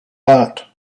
that